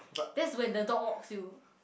that's when the dog walks you